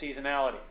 seasonality